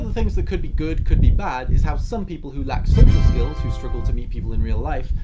and things that could be good, could be bad, is how some people who lack social skills, who struggle to meet people in real life,